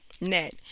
Net